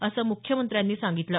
असं मुख्यमंत्र्यांनी सांगितलं